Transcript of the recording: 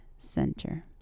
center